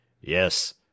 Yes